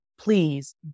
please